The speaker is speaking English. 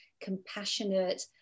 compassionate